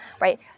right